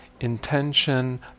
intention